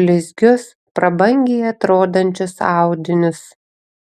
blizgius prabangiai atrodančius audinius